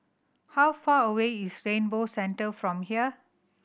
how far away is Rainbow Centre from here